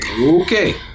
Okay